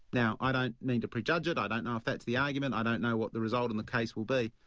now i don't mean to pre-judge it, i don't know if that's the argument, i don't know what the result in the case will be,